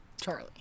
Charlie